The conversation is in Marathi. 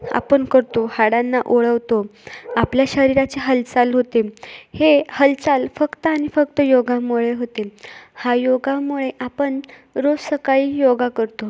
आपण करतो हाडांना ओळखतो आपल्या शरीराची हालचाल होते हे हालचाल फक्त आणि फक्त योगामुळे होते हा योगामुळे आपण रोज सकाळी योगा करतो